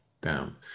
down